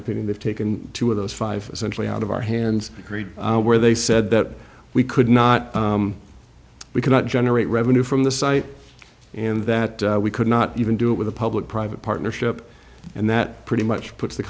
opinion they've taken two of those five is actually out of our hands where they said that we could not we cannot generate revenue from the site and that we could not even do it with a public private partnership and that pretty much put t